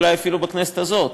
אולי אפילו בכנסת הזאת,